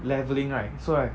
levelling right so right